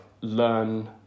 learn